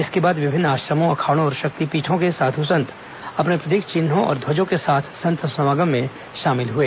इसके बाद विभिन्न आश्रमों अखाड़ों और शक्तिपीठों के साध् संत अपने प्रतीक चिन्हों और ध्वजों के साथ संत समागम में शामिल हुए